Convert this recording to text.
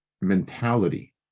mentality